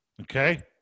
okay